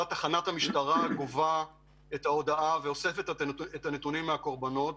תחנת המשטרה גובה את ההודעה ואוספת את הנתונים מהקורבנות.